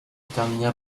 termina